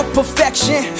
perfection